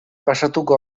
pasatuko